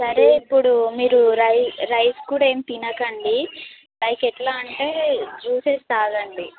సరే ఇప్పుడు మీరు రైస్ రైస్ కూడా ఏం తినకండి నైట్ ఎట్లా అంటే జూసెస్ తాగండి